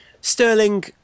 Sterling